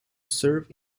serve